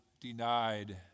denied